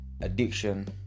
addiction